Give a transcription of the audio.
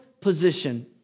position